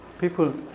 People